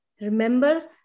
Remember